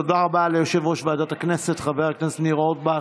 תודה רבה ליושב-ראש ועדת הכנסת חבר הכנסת ניר אורבך.